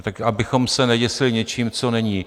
Tak abychom se neděsili něčím, co není.